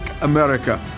America